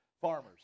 farmers